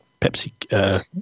pepsi